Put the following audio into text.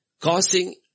causing